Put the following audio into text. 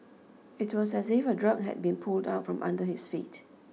it was as if a drug had been pulled out from under his feet